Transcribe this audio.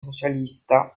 socialista